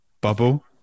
bubble